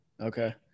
Okay